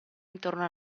intorno